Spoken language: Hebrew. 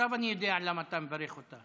עכשיו אני יודע למה אתה מברך אותה.